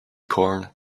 corn